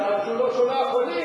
שהוא לא שולח עולים,